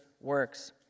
works